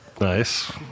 Nice